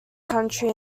county